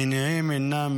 המניעים אינם